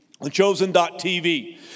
Thechosen.tv